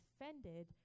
offended